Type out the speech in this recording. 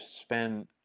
spend